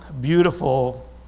beautiful